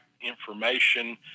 information